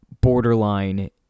borderline